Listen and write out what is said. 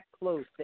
close